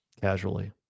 casually